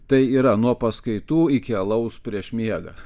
tai yra nuo paskaitų iki alaus prieš miegą